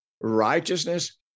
Righteousness